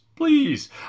Please